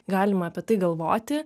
galima apie tai galvoti